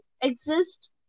exist